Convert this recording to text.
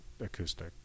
acoustic